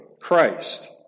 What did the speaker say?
Christ